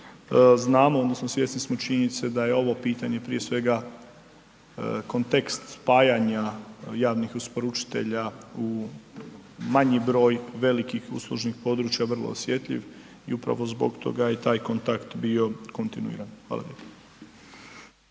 Znamo odnosno svjesni smo činjenice da je ovo pitanje prije svega kontekst spajanja javnih isporučitelja u manji broj velikih uslužnih područja vrlo osjetljiv i upravo zbog toga i taj kontakt bio kontinuiran, hvala.